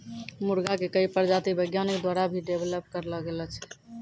मुर्गा के कई प्रजाति वैज्ञानिक द्वारा भी डेवलप करलो गेलो छै